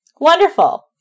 wonderful